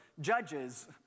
Judges